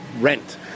rent